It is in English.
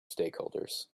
stakeholders